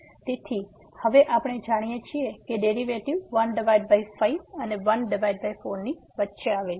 તેથી હવે આપણે જાણીએ છીએ કે ડેરિવેટિવ 15 અને 14 ની વચ્ચે આવેલું છે